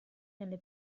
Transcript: nelle